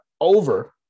over